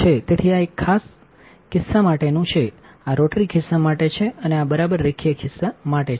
તેથી આએક ખિસ્સામાટેનું છે આ રોટરી ખિસ્સા માટે છે અને આ બરાબર રેખીય ખિસ્સા માટે છે